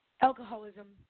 Alcoholism